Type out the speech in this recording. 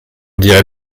dirait